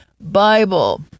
Bible